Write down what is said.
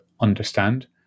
understand